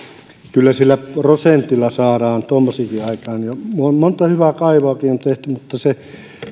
kyllä sillä prosentilla saadaan tuommoisiakin aikaan ja monta hyvää kaivoakin on tehty mutta se